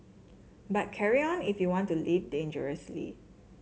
but carry on if you want to live dangerously